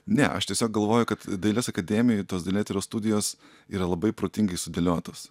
ne aš tiesiog galvoju kad dailės akademijoj tos dailėtyros studijos yra labai protingai sudėliotos